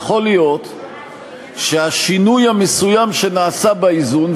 יכול להיות שהשינוי המסוים שנעשה באיזון,